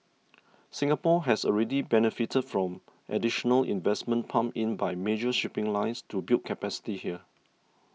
Singapore has already benefited from additional investments pumped in by major shipping lines to build capacity here